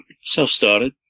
Self-started